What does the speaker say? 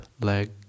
leg